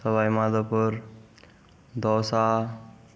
Sawai Madhopur Dausa